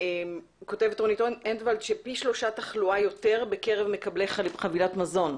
כותבת רונית אנדוולט שפי שלושה תחלואה יותר בקרב מקבלי חבילת מזון.